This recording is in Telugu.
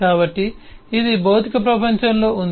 కాబట్టి ఇది భౌతిక ప్రపంచంలో ఉంది